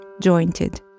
jointed